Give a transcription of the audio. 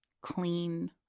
clean